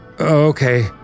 Okay